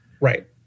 Right